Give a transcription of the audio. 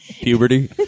Puberty